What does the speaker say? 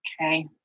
Okay